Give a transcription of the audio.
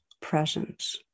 presence